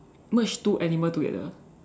merge two animal together